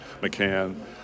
McCann